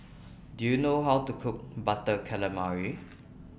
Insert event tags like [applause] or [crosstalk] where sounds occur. [noise] Do YOU know How to Cook Butter Calamari [noise]